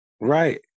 Right